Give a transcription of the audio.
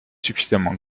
suffisamment